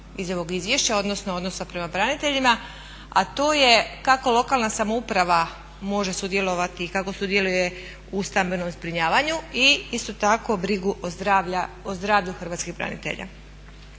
iz ovog izvješća, odnosno odnosa prema braniteljima a to je kako lokalna samouprava može sudjelovati i kako sudjeluje u stambenom zbrinjavanju i isto tako brigu o zdravlju hrvatskih branitelja.